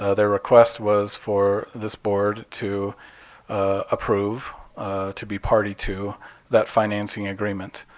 ah their request was for this board to approve to be party to that financing agreement.